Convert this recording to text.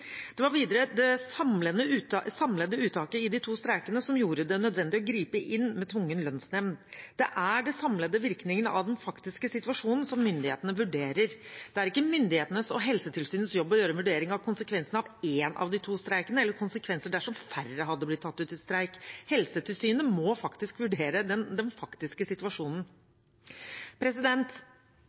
Det var videre det samlede uttaket i de to streikene som gjorde det nødvendig å gripe inn med tvungen lønnsnemnd. Det er den samlede virkningen av den faktiske situasjonen som myndighetene vurderer. Det er ikke myndighetene og Helsetilsynets jobb å gjøre en vurdering av én av de to streikene eller av konsekvensene dersom færre hadde blitt tatt ut i streik. Helsetilsynet må faktisk vurdere den faktiske situasjonen.